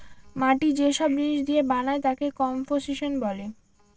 মাটি যে সব জিনিস দিয়ে বানায় তাকে কম্পোসিশন বলে